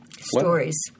stories